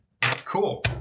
Cool